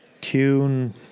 tune